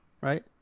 right